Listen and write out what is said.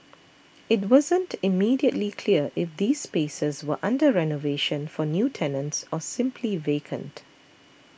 it wasn't immediately clear if these spaces were under renovation for new tenants or simply vacant